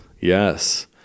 Yes